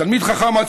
תלמיד חכם,